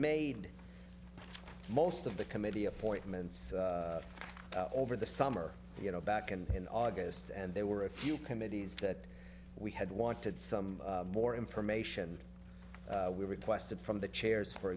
made most of the committee appointments over the summer you know back in august and there were a few committees that we had wanted some more information we requested from the chairs for